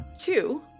two